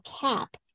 cap